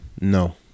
no